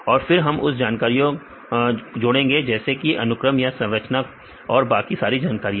और फिर हम उसमें जानकारियां जुड़ेंगे जैसे कि अनुक्रम या संरचना और बाकी सारी जानकारियां